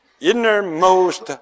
innermost